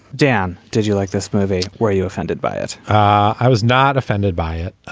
dan did you like this movie where you offended by it i was not offended by it.